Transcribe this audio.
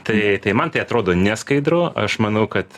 tai tai man tai atrodo neskaidru aš manau kad